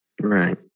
Right